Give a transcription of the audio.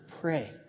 pray